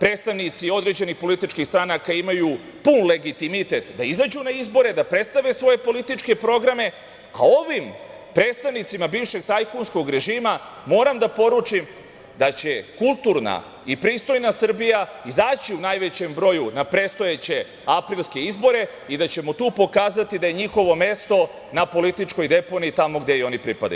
predstavnici određenih političkih stranaka imaju pun legitimitet da izađu na izbore, da predstave svoje političke programe, a ovim predstavnicima bivšeg tajkunskog režima moram da poručim da će kulturna i pristojna Srbija izaći u najvećem broju na predstojeće aprilske izbore i da ćemo tu pokazati da je njihovo mesto na političkoj deponiji, tamo gde i pripadaju.